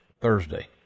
Thursday